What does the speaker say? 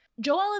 Joel